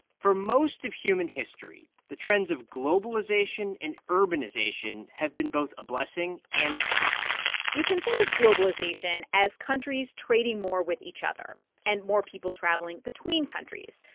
for most of human history, the trends of globalization and urbanization have been both a blessing and a curse you can think of globalization as countries trading more with each other and more people travelling between countries.